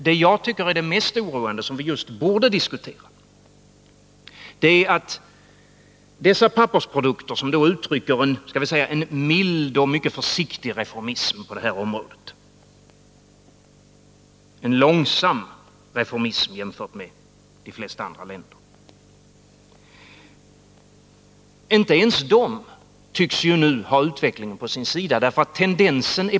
Som jag ser det är det ytterst angeläget att diskutera just det förhållandet att inte ens dessa pappersprodukter — som uttrycker en mild och mycket försiktig reformism på det här området, en långsam reformism i jämförelse med de flesta andra länder — tycks ha utvecklingen på sin sida.